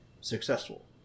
successful